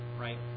right